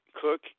cook